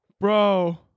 Bro